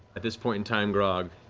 at this point in time, grog,